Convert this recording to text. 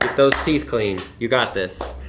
those teeth clean, you got this.